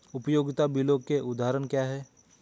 उपयोगिता बिलों के उदाहरण क्या हैं?